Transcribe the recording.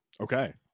Okay